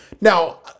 now